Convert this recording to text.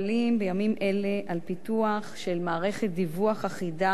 בימים אלה על פיתוח של מערכת דיווח אחידה,